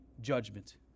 judgment